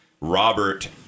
Robert